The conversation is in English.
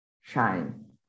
shine